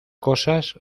cosas